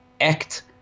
act